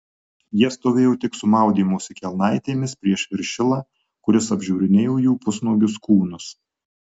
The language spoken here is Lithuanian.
jie stovėjo tik su maudymosi kelnaitėmis prieš viršilą kuris apžiūrinėjo jų pusnuogius kūnus